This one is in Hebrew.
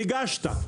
ריגשת...